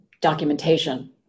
documentation